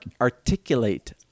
articulate